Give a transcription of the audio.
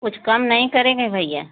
कुछ कम नहीं करेंगे भइया